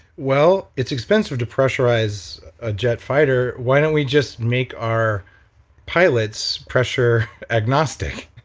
well, it's expensive to pressurize a jet fighter, why don't we just make our pilots pressure agnostic.